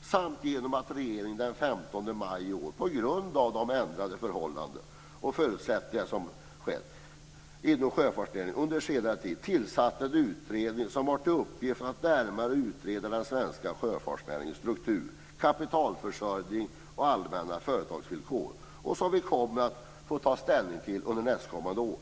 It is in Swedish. Dessutom tillsatte regeringen den 15 maj i år en utredning på grund av de ändrade förutsättningarna för sjöfartsnäringen under senare tid. Den utredningen har till uppgift att närmare utreda den svenska sjöfartsnäringens struktur, kapitalförsörjning och allmänna företagsvillkor. Vi kommer att få ta ställning till den under nästkommande år.